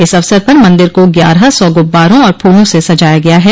इस अवसर पर मंदिर को ग्यारह सौ गुब्बारों और फूलों से सजाया गया है